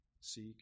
seek